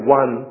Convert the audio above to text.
one